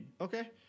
Okay